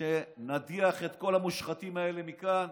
כשנדיח את כל המושחתים האלה מכאן,